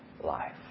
life